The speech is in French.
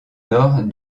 nord